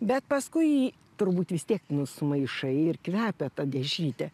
bet paskui turbūt vis tiek nu sumaišai ir kvepia ta dešrytė